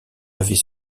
avait